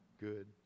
good